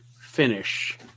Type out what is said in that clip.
finish